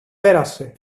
πέρασε